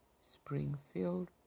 Springfield